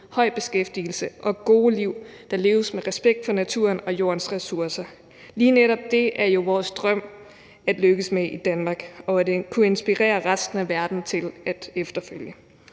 høj beskæftigelse og gode liv, der leves med respekt for naturen og jordens ressourcer, er jo vores drøm at lykkes med i Danmark, og det er en inspiration for resten af verden til efterfølgelse.